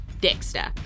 dexter